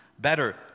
Better